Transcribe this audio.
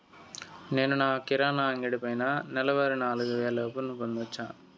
నేను కిరాణా అంగడి పైన నెలవారి నాలుగు వేలు అప్పును పొందొచ్చా?